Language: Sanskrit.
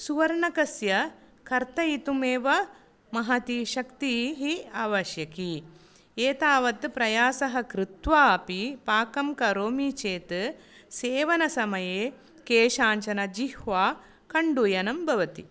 सुवर्णकस्य कर्तयितुमेव महती शक्तीः आवश्यकी एतवात् प्रयासः कृत्वा अपि पाकं करोमि चेत् सेवनसमये केषाञ्चनजिह्वा कन्डूयनं भवति